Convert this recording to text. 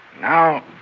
Now